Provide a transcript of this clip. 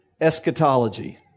eschatology